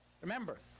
remember